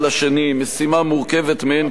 היא משימה מורכבת מאין כמוה.